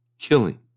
Killing